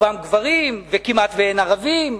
רובם גברים וכמעט שאין ערבים.